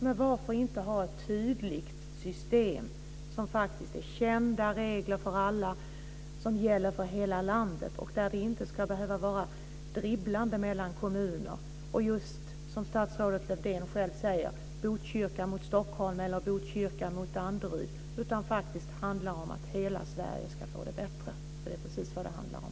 Men varför inte ha ett tydligt system med kända regler för alla som gäller för hela landet? Det ska inte behöva vara ett dribblande mellan kommuner med, som statsrådet Lövdén själv säger, Botkyrka mot Stockholm eller Botkyrka mot Danderyd, utan det ska faktiskt handla om att hela Sverige ska få det bättre. Det är precis vad det handlar om.